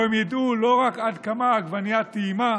שבו הם ידעו לא רק עד כמה העגבנייה טעימה